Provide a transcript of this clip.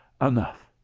Enough